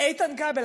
איתן כבל,